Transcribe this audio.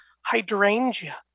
hydrangea